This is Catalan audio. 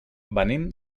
venim